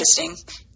Interesting